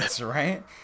right